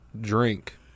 drink